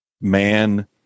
man